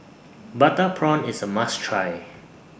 Butter Prawn IS A must Try